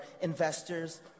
investors